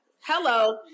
Hello